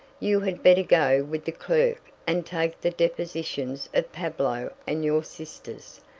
you had better go with the clerk and take the depositions of pablo and your sisters,